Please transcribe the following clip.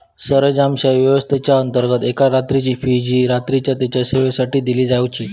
सरंजामशाही व्यवस्थेच्याअंतर्गत एका रात्रीची फी जी रात्रीच्या तेच्या सेवेसाठी दिली जावची